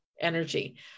energy